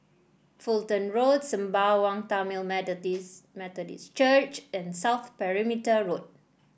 Fulton Road Sembawang Tamil Methodist Methodist Church and South Perimeter Road